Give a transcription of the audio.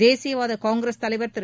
தேசியவாத காங்கிரஸ் தலைவர் திரு